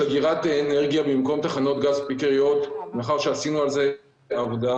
אגירת אנרגיה במקום תחנת גז פיקריות מאחר שעשינו על זה עבודה